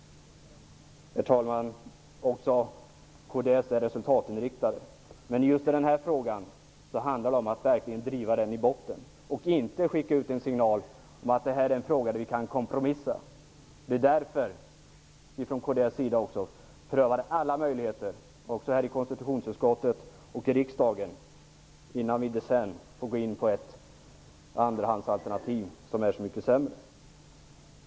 Herr talman! Även kds är resultatinriktat. Men i just den här frågan handlar det om att verkligen driva den i botten. Vi skall inte skicka ut en signal om att detta är en fråga där vi kan kompromissa. Det är därför som vi i kds prövar alla möjligheter, även i konstitutionsutskottet och i riksdagen, innan vi går in på ett andrahandsalternativ som är så mycket sämre.